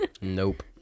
Nope